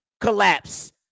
collapse